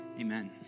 Amen